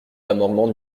l’amendement